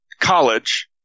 college